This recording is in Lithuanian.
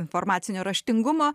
informacinio raštingumo